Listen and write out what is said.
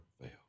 fail